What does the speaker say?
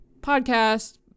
podcast